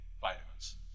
vitamins